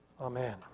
amen